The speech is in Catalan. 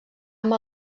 amb